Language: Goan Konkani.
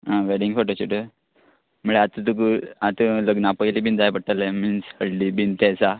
वॅडींग फोटोशूट म्हळ्या आत तुका आतां लग्ना पयली बीन जाय पडटले मिन्स हळडी बीन ते इसा